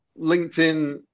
LinkedIn